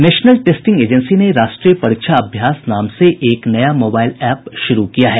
national Testing Agency ने राष्ट्रीय परीक्षा अभ्यास नाम से एक नया मोबाइल ऐप शुरू किया है